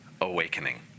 awakening